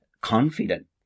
confident